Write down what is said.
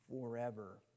forever